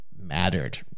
mattered